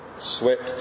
swept